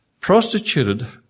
Prostituted